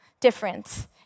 difference